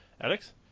Alex